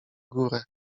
górę